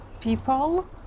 people